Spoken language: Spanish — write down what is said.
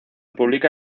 publica